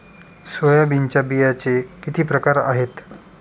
सोयाबीनच्या बियांचे किती प्रकार आहेत?